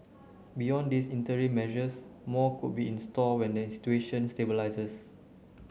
beyond these interim measures more could be in store when the situation stabilises